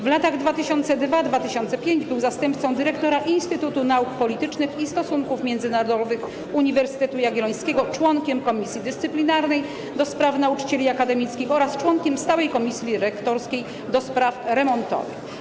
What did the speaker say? W latach 2002–2005 był zastępcą dyrektora Instytutu Nauk Politycznych i Stosunków Międzynarodowych Uniwersytetu Jagiellońskiego, członkiem Komisji Dyscyplinarnej ds. Nauczycieli Akademickich oraz członkiem Stałej Komisji Rektorskiej ds. Remontowych.